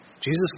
Jesus